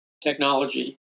technology